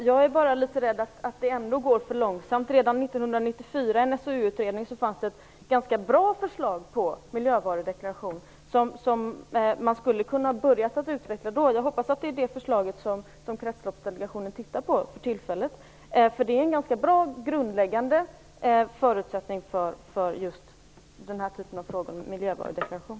Herr talman! Jag är rädd att det ändå går för långsamt. Redan 1994 fanns det i en SOU ett ganska bra förslag till miljövarudeklaration som man skulle ha kunnat börja utveckla då. Jag hoppas att det är det förslaget som Kretsloppsdelegationen tittar på för tillfället, för det är en ganska bra grundläggande förutsättning för miljövarudeklaration.